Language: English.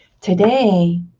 Today